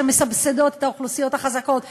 שמסבסדות את האוכלוסיות החזקות בשוהם,